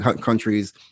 countries